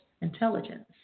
Intelligence